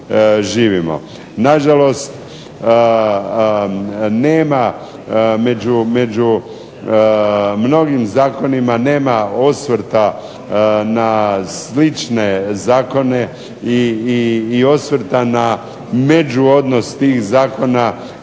Na žalost nema među mnogim zakonima nema osvrta na slične zakone i osvrta na međuodnos tih zakona